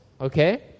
okay